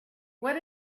what